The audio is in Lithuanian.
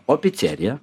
o picerija